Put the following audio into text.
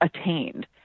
attained